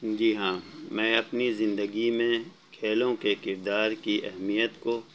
جی ہاں میں اپنی زندگی میں کھیلوں کے کردار کی اہمیت کو